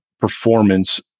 performance